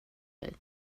dig